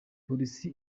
polisi